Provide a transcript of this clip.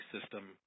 system